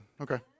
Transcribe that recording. okay